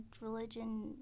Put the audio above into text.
Religion